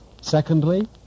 Secondly